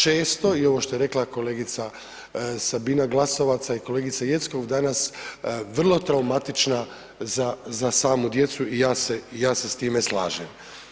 Često i ovo što je rekla kolegica Sabina Glasovac, a i kolegica Jeckov danas, vrlo traumatična za, za samu djecu i ja se, ja se s time slažem.